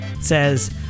says